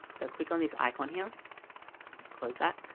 so click on this icon here close that.